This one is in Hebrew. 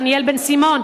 דניאל בן-סימון,